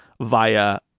via